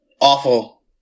awful